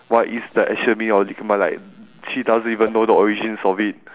what is the actual meaning of LIGMA like she doesn't even know the origins of it